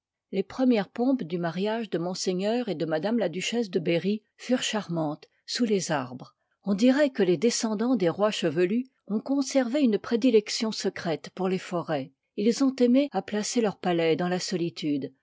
les premières pompes du mariage de ms et de m la duchesse de berry furent charmantes sous les arbres on diroit que les descendans des rois chevelus ont conservé une prédilection secrète pour les forets ils ont aimé à placer leurs palais dans la solitude